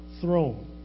throne